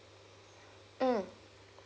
mm